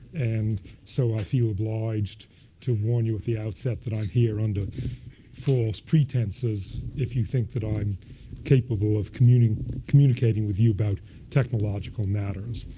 and so i feel obliged to warn you at the outset that i am here under false pretenses if you think that i'm capable of communicating with you about technological matters.